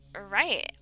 Right